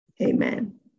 Amen